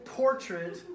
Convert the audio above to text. portrait